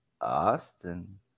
Austin